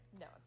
No